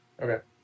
Okay